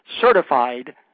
certified